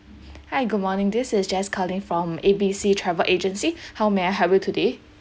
hi good morning this is jess calling from A B C travel agency how may I help you today